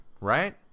right